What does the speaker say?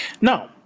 Now